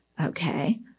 Okay